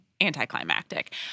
anticlimactic